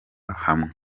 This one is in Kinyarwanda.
hamwe